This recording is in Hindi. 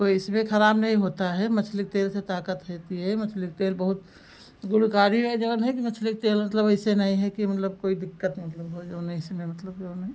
कोई इसमें खराब नहीं होता है मछली के तेल से ताकत होती है मछली के तेल बहुत गुणकारी है जऊन है कि मछली के तेल मतलब ऐसे नहीं है कि मतलब कोई दिक्कत मतलब हो जऊन है ऐसे नहीं मतलब जऊन है